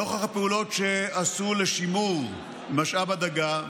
נוכח הפעולות שעשו לשימור משאב הדגה,